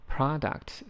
Product